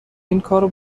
اینکارو